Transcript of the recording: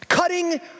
Cutting